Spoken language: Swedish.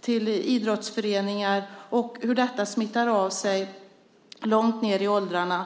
till idrottsföreningar - och hur detta smittar av sig långt ned i åldrarna.